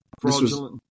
Fraudulent